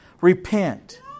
repent